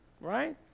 right